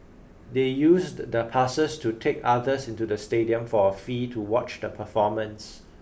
they used the passes to take others into the stadium for a fee to watch the performance